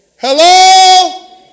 Hello